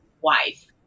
wife